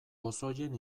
pozoien